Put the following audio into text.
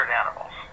animals